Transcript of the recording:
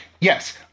yes